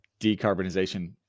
decarbonization